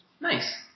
Nice